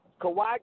Kawhi